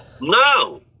No